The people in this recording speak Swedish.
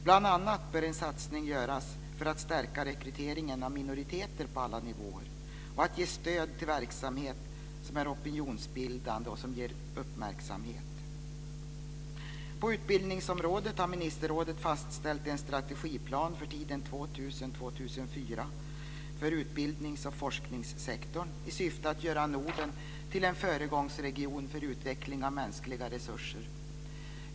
Bl.a. bör en satsning göras för att stärka rekryteringen av minoriteter på alla nivåer och för att ge stöd till verksamhet som är opinionsbildande och som ger uppmärksamhet. På utbildningsområdet har ministerrådet fastställt en strategiplan för tiden 2000-2004 för utbildningsoch forskningssektorn i syfte att göra Norden till en föregångsregion för utveckling av mänskliga resurser.